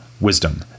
wisdom